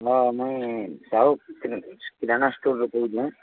ହଁ ମୁୁଁ ସାହୁ କିରାଣା ଷ୍ଟୋରରୁ କହୁଛି